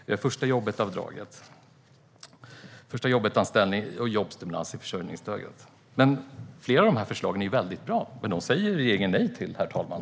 Vi har förstajobbetavdraget, förstajobbetanställning och jobbstimulans i försörjningsstödet. Flera av dessa förslag är väldigt bra, men dem säger regeringen nej till, herr talman.